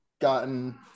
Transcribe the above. gotten